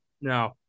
No